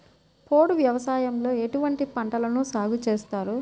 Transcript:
పోడు వ్యవసాయంలో ఎటువంటి పంటలను సాగుచేస్తారు?